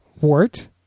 Wart